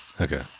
okay